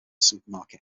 supermarket